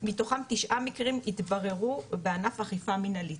מתוכם 9 מקרים התבררו בענף אכיפה מנהלית.